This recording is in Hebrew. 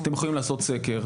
ואתם יכולים לעשות סקר,